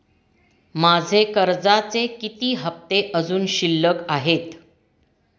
माझे कर्जाचे किती हफ्ते अजुन शिल्लक आहेत?